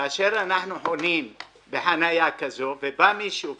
כאשר אנחנו חונים בחניה כזו ובא מישהו ונצמד,